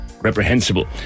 reprehensible